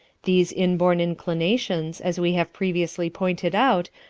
these inborn inclinations, as we have previously pointed out,